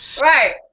Right